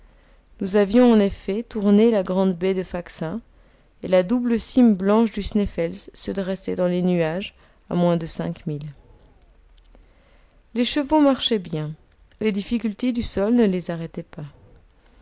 nous avions en effet tourné la grande baie de faxa et la double cime blanche du sneffels se dressait dans les nuages à moins de cinq milles les chevaux marchaient bien les difficultés du sol ne les arrêtaient pas